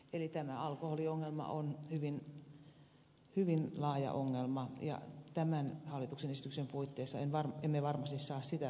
eli tämä alkoholiongelma on hyvin laaja ongelma ja tämän hallituksen esityksen puitteissa emme varmasti saa sitä ratkaistuksi